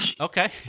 Okay